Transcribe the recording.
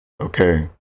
okay